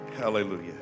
Hallelujah